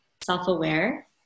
self-aware